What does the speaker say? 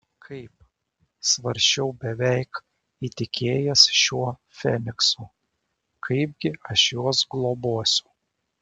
kaip svarsčiau beveik įtikėjęs šiuo feniksu kaipgi aš juos globosiu